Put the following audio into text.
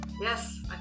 Yes